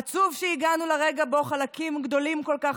עצוב שהגענו לרגע שבו חלקים גדולים כל כך